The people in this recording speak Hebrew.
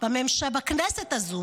בכנסת הזו